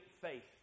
faith